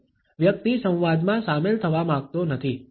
વ્યક્તિ સંવાદમાં સામેલ થવા માંગતો નથી